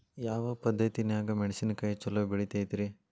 ಯಾವ ಪದ್ಧತಿನ್ಯಾಗ ಮೆಣಿಸಿನಕಾಯಿ ಛಲೋ ಬೆಳಿತೈತ್ರೇ?